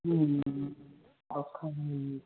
ਹੂੰ ਔਖਾ ਹੂੰ